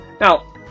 now